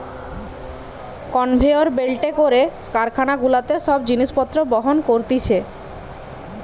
conveyor বেল্টে করে কারখানা গুলাতে সব জিনিস পত্র বহন করতিছে